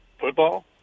Football